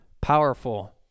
powerful